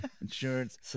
Insurance